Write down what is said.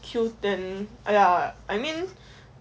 qoo ten !aiya! I mean